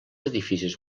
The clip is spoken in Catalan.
edificis